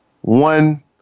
one